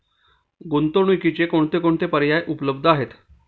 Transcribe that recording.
गुंतवणुकीचे कोणकोणते पर्याय उपलब्ध आहेत?